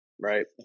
Right